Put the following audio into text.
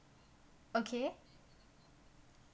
okay